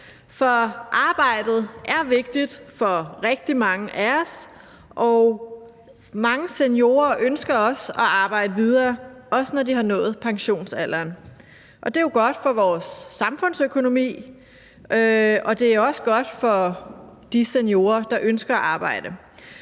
For arbejdet er vigtigt for rigtig mange af os, og mange seniorer ønsker også at arbejde videre, også når de har nået pensionsalderen, og det er jo godt for vores samfundsøkonomi, og det er også godt for de seniorer, der ønsker at arbejde.